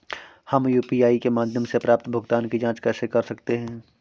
हम यू.पी.आई के माध्यम से प्राप्त भुगतान की जॉंच कैसे कर सकते हैं?